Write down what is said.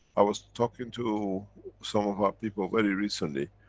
i was talking to some of our people very recently.